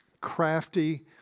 crafty